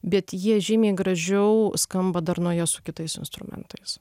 bet jie žymiai gražiau skamba darnoje su kitais instrumentais